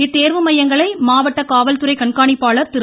இத்தேர்வு மையங்களை மாவட்ட காவல்துறை கண்காணிப்பாளர் திரு